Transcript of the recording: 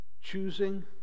Choosing